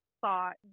thought